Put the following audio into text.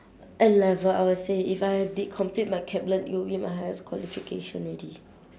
N level I would say if I did complete my kapland it will be my highest qualification already